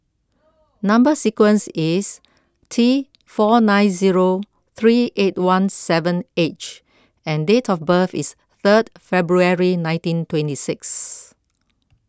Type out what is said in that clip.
Number Sequence is T four nine zero three eight one seven H and date of birth is third February nineteen twenty six